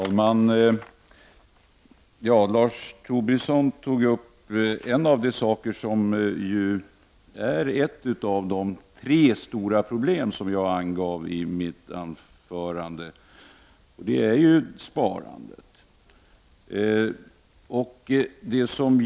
Herr talman! Lars Tobisson tog upp ett av de tre stora problem som jag angav i mitt anförande, nämligen sparandet.